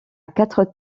quatre